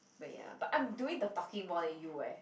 wait ah but I'm doing the talking more than you eh